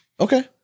Okay